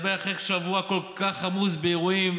ובטח בשבוע כל כך עמוס באירועים.